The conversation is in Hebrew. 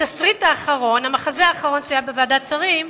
התסריט האחרון, המחזה האחרון שהיה בוועדת שרים,